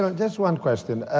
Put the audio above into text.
yeah. just one question.